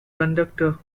conductor